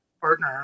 partner